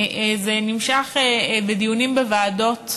זה נמשך בדיונים בוועדות,